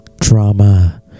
Drama